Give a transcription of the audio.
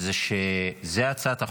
זה שזאת הצעת החוק,